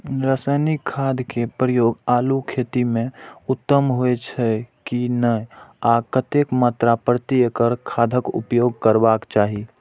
रासायनिक खाद के प्रयोग आलू खेती में उत्तम होय छल की नेय आ कतेक मात्रा प्रति एकड़ खादक उपयोग करबाक चाहि?